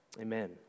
Amen